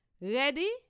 Ready